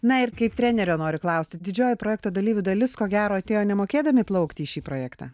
na ir kaip trenerio nori klausti didžioji projekto dalyvių dalis ko gero atėjo nemokėdami plaukti į šį projektą